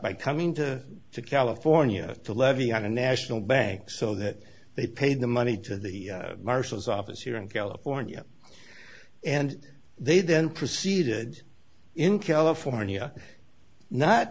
by coming to to california to levy on a national bank so that they paid the money to the marshal's office here in california and they then proceeded in california